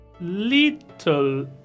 Little